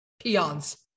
Peons